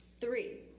Three